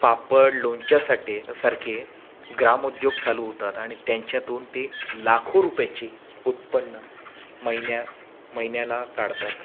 पापड लोणच्यासाटे सारखे ग्रामोद्योग चालू होतात आणि त्यांच्यातून ते लाखो रुपयचे उत्पन्न महिन्या महिन्याला काढतात